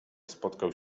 spotkał